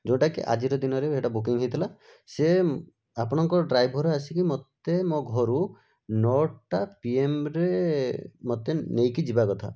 ଯେଉଁଟାକି ଆଜିର ଦିନରେ ବୁକିଙ୍ଗ ହେଇଥିଲା ସେ ଆପଣଙ୍କ ଡ୍ରାଇଭର୍ ଆସିକି ମୋତେ ମୋ ଘରୁ ନଅଟା ପିଏମ୍ରେ ମୋତେ ନେଇକି ଯିବା କଥା